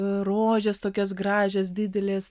rožės tokios gražios didelės